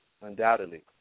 Undoubtedly